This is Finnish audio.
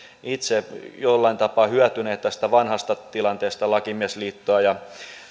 itse jollain tapaa hyötyneet tästä vanhasta tilanteesta lakimiesliitto ja